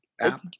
app